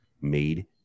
made